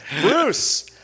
Bruce